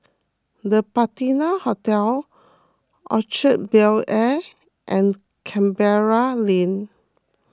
the Patina Hotel Orchard Bel Air and Canberra Lane